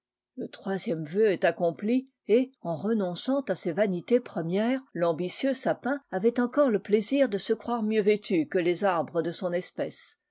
le troisième vœu est accompli et en renonçant à ses vanités premières l'ambitieux sapin avait encore le plaisir de se croire mieux vêtu que les arbres de son espèce